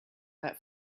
that